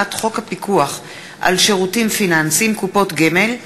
הצעת חוק חזקת הסכמה לתרומת אברים (תיקוני חקיקה),